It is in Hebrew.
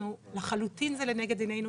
לחלוטין זה לנגד עינינו,